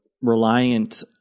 reliant